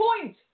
point